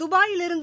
துபாயிலிருந்து